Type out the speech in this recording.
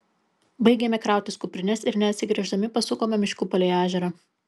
baigėme krautis kuprines ir neatsigręždami pasukome mišku palei ežerą